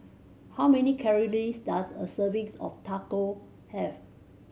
how many calories does a servings of Taco have